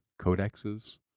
codexes